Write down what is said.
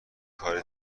کار